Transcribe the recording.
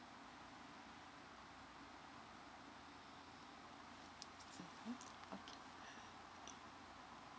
okay